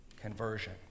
conversion